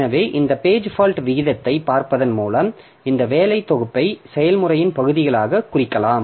எனவே இந்த page fault வீதத்தைப் பார்ப்பதன் மூலம் இந்த வேலை தொகுப்பை செயல்முறையின் பகுதிகளாக குறிக்கலாம்